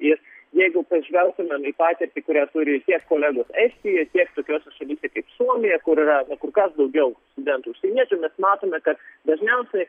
ir jeigu pažvelgtume į patirtį kurią turi tiek kolegos estijoje tiek tokiose šalyse kaip suomija kur yra kur kas daugiau studentų užsieniečių mes matome kad dažniausiai